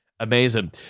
amazing